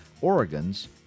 Oregon's